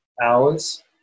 Hours